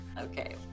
Okay